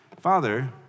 Father